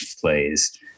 plays